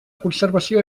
conservació